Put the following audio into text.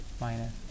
Minus